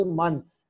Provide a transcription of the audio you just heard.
months